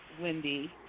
Wendy